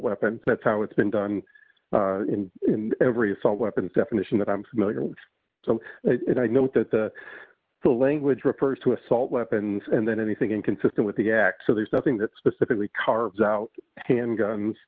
weapons that's how it's been done in every assault weapons definition that i'm familiar with so if i note that the language refers to assault weapons and then anything inconsistent with the act so there's nothing that specifically carves out handguns